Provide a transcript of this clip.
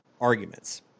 arguments